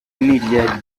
irya